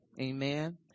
amen